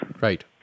Right